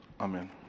Amen